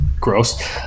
Gross